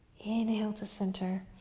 inhale to center,